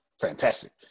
fantastic